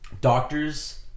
doctors